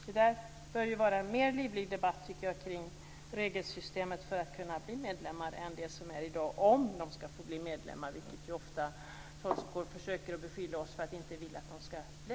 Det bör, tycker jag, vara en mer livlig debatt kring regelsystemet för att bli medlem än, som i dag, kring om de skall få bli medlemmar - vilket ju ofta Tolgfors försöker beskylla oss för att inte vilja att de skall bli.